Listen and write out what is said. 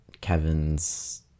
Kevin's